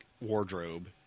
wardrobe